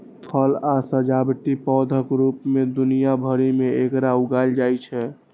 फल आ सजावटी पौधाक रूप मे दुनिया भरि मे एकरा उगायल जाइ छै